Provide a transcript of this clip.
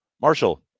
Marshall